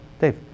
Dave